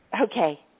Okay